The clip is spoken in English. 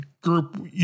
group